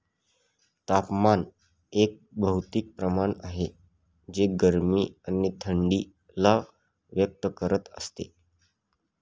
तापमान एक भौतिक प्रमाण आहे जे गरमी आणि थंडी ला व्यक्त करत असते